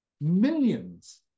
Millions